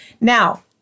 Now